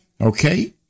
okay